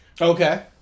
Okay